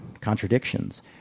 contradictions